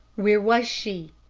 where was she?